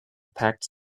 packed